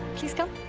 please come.